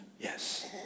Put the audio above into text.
yes